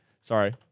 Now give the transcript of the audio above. Sorry